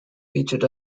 featured